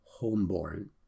homeborn